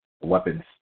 weapons